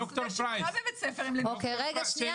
אין חובת חיסון במדינת ישראל.